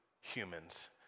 humans